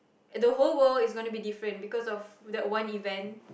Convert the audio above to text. and the whole world is gonna be different because of that one event